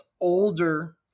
older